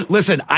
Listen